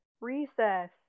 recess